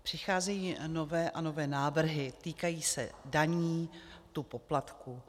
Přicházejí nové a nové návrhy, týkají se daní, tu poplatků.